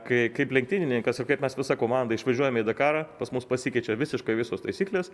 kai kaip lenktynininkas ir kaip mes visa komanda išvažiuojame į dakarą pas mus pasikeičia visiškai visos taisyklės